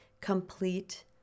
complete